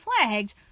flagged